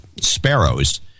sparrows